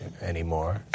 anymore